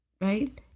right